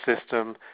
system